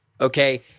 okay